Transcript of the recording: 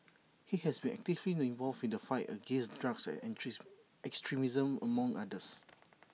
he has been actively involved in the fight against drugs and extremism among others